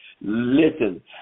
listen